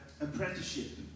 apprenticeship